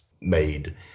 made